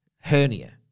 Hernia